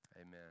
amen